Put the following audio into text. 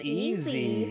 easy